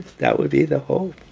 that would be the hope